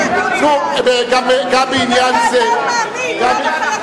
גם בעניין זה, אתה אדם מאמין, לא לחלק ציונים.